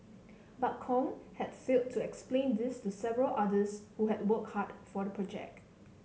but Kong had failed to explain this to several others who had worked hard for the project